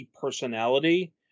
personality